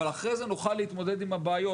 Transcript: אבל אחרי זה נוכל להתמודד עם הבעיות.